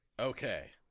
Okay